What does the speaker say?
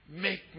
Make